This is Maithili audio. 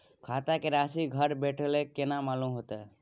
खाता के राशि घर बेठल केना मालूम होते?